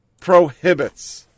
prohibits